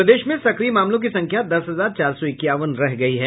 प्रदेश में सक्रिय मामलों की संख्या दस हजार चार सौ इक्यावन रह गई है